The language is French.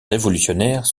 révolutionnaires